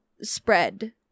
spread